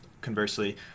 conversely